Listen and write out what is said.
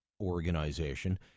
organization